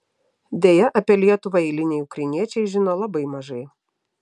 deja apie lietuvą eiliniai ukrainiečiai žino labai mažai